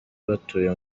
batuye